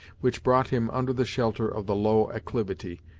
which brought him under the shelter of the low acclivity,